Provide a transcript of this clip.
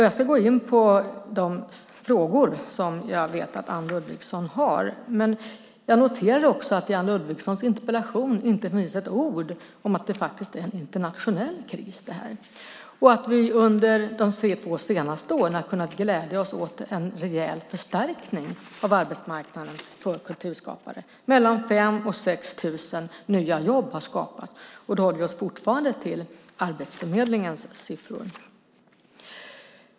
Jag ska gå in på de frågor som jag vet att Anne Ludvigsson har, men jag noterar också att det i Anne Ludvigssons interpellation inte finns ett ord om att det här faktiskt är en internationell kris och att vi under de två senaste åren har kunnat glädja oss åt en rejäl förstärkning av arbetsmarknaden för kulturskapare - mellan 5 000 och 6 000 nya jobb har skapats, och då håller vi oss fortfarande till Arbetsförmedlingens siffror.